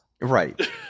Right